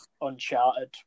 Uncharted